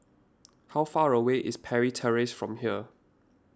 how far away is Parry Terrace from here